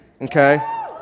okay